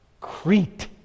Crete